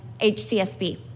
HCSB